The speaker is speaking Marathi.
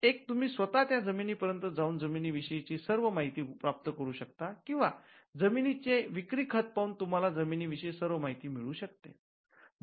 एक तुम्ही स्वतः त्या जमिनीत पर्यंत जाऊन जमिनी विषयीची सर्व माहिती प्राप्त करू शकता किंवा जमिनीचे विक्री खत पाहून तुम्हाला जमिनी विषयी सर्व माहिती मिळू शकते